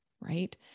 right